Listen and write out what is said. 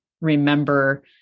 remember